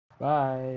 bye